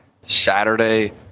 Saturday